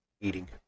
eating